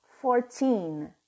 Fourteen